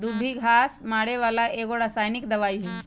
दुभी घास मारे बला एगो रसायनिक दवाइ हइ